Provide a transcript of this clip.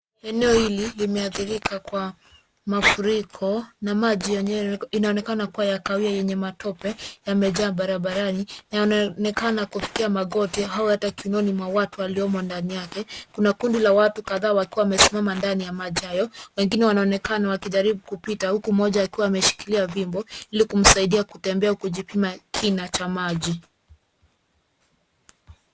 Eneo hili limeadhirika kwa mafuriko na maji inaonekana kuwa ya kahawia yenye matope yamejaa barabarani, yanaonekana kufikia magoti au hata kiunoni mwa watu waliomo ndani yake. Kuna kundi la watu kadhaa wakiwa wamesimama ndani ya maji hayo, wengine wanaonekana wakijaribu kupita huku mmoja akiwa ameshikilia fimbo ili kumsaidia kutembea kujipima kina cha maji.